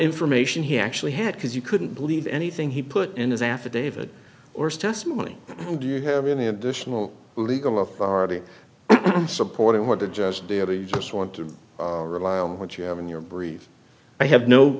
information he actually had because you couldn't believe anything he put in his affidavit or testimony and do you have any additional legal authority supporting what the just the other you just want to rely on what you have in your brief i have no